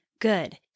Good